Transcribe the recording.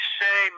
say